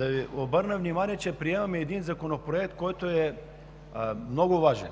Ви обърна внимание, че приемаме един Законопроект, който е много важен.